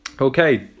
Okay